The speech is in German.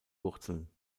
wurzeln